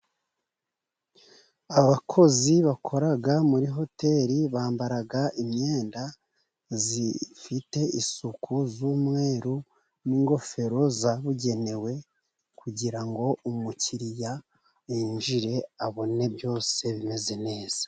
Abakozi bakora muri hoteli, bambara imyenda ifite isuku y'umweru n'ingofero zabugenewe, kugira ngo umukiriya yinjire abone byose bimeze neza.